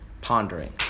pondering